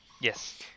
yes